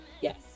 Yes